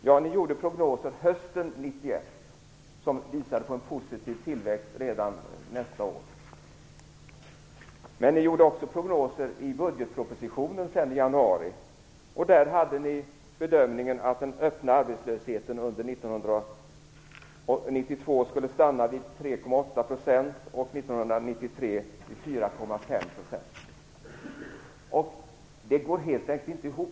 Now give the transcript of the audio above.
Hösten 1991 gjorde ni en prognos som visade på en positiv tillväxt redan det följande året. Ni gjorde också prognoser i budgetpropositionen i januari. Där gjorde ni bedömningen att den öppna arbetslösheten under 1992 skulle stanna vid 3,8 % och under 1993 vid 4,5 %. Det går helt enkelt inte ihop.